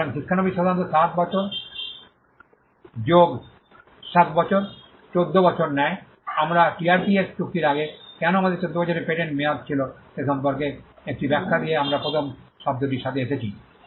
সুতরাং শিক্ষানবিস সাধারণত 7 বছর 7 7 14 নেয় আমরা টিআরআইপিএস চুক্তির আগে কেন আমাদের 14 বছরের পেটেন্ট মেয়াদ ছিল সে সম্পর্কে 1 টি ব্যাখ্যা দিয়ে আমরা প্রথম শব্দটির সাথে এসেছি